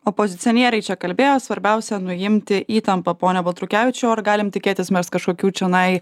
opozicionieriai čia kalbėjo svarbiausia nuimti įtampą pone baltrukevičiau ar galim tikėtis mes kažkokių čionai